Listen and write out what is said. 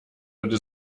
würde